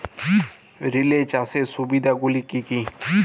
Relay চাষের সুবিধা গুলি কি কি?